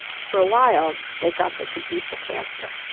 for a while, they thought they would beat the cancer.